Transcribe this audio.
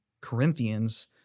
Corinthians